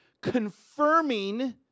confirming